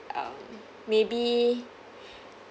um maybe